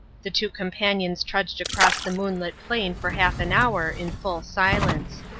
the two companions trudged across the moonlit plain for half an hour in full silence.